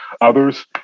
Others